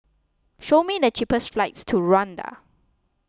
show me the cheapest flights to Rwanda